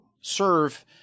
serve